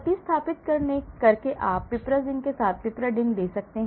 प्रतिस्थापित करके आप piperazine के साथ piperidine दे सकते हैं